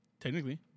Technically